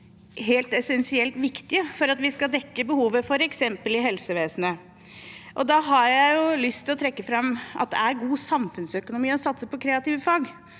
helt essensielt viktige for at vi skal dekke behovet i f.eks. helsevesenet. Jeg har lyst til å trekke fram at det er god samfunnsøkonomi å satse på kreative fag,